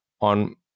on